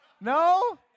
No